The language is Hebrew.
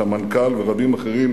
את המנכ"ל ורבים אחרים,